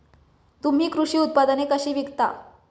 तुम्ही कृषी उत्पादने कशी विकता?